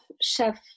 chef